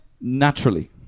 Naturally